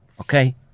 Okay